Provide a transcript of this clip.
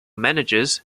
managers